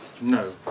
No